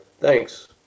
thanks